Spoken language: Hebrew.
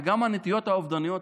וגם הנטיות האובדניות,